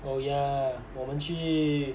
oh yeah 我们去